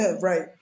Right